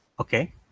Okay